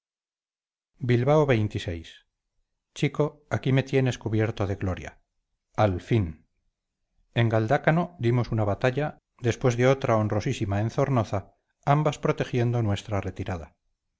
bilbao chico aquí me tienes cubierto de gloria al fin en galdácano dimos una batalla después de otra honrosísima en zornoza ambas protegiendo nuestra retirada